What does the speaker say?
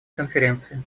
конференции